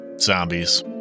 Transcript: Zombies